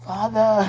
Father